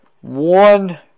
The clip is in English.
one